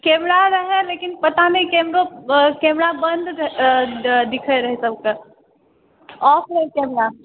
camera रहै लेकिन पता नहि कैमरो बन्द रहै दिखै रहै सबके ऑफ़ रहै कैमरा